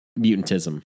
mutantism